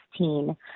2016